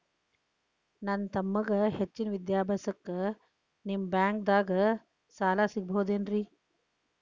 ನನ್ನ ತಮ್ಮಗ ಹೆಚ್ಚಿನ ವಿದ್ಯಾಭ್ಯಾಸಕ್ಕ ನಿಮ್ಮ ಬ್ಯಾಂಕ್ ದಾಗ ಸಾಲ ಸಿಗಬಹುದೇನ್ರಿ?